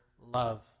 love